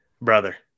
brother